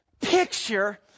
picture